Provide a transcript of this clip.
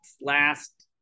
last